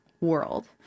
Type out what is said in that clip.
world